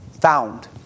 found